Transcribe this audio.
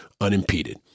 unimpeded